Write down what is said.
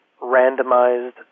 randomized